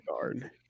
guard